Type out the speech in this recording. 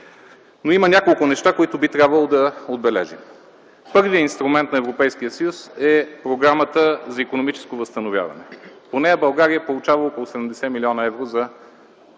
Но има няколко неща, които би трябвало да отбележим. Първият инструмент на Европейския съюз е Програмата за икономическо възстановяване. По нея Българя получава около 80 млн. евро за свързване